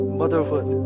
motherhood